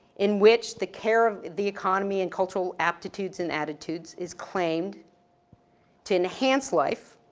in which the care of the economy and cultural aptitudes and attitudes is claimed to enhance life